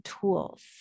tools